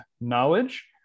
knowledge